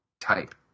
type